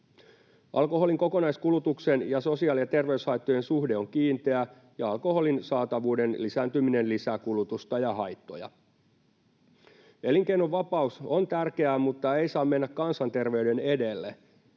Alkoholin kokonaiskulutuksen ja sosiaali- ja terveyshaittojen suhde on kiinteä, ja alkoholin saatavuuden lisääntyminen lisää kulutusta ja haittoja. Elinkeinovapaus on tärkeää mutta ei saa mennä kansanterveyden edelle.